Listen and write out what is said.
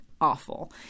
awful